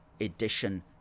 edition